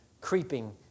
creeping